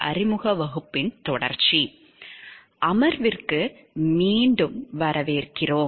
அமர்வுக்கு மீண்டும் வரவேற்கிறோம்